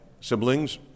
siblings